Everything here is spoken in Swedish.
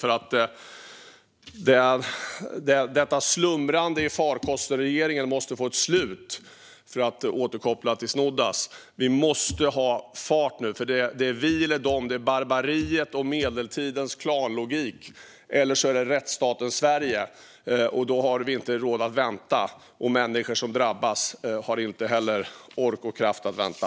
Regeringens slumrande i farkosten måste få ett slut, för att återkoppla till Snoddas. Vi måste ha fart nu, för det är vi eller dom. Det är barbariet och medeltidens klanlogik eller rättsstatens Sverige. Då har vi inte råd att vänta. Människor som drabbas har inte heller ork och kraft att vänta.